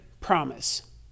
promise